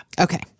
okay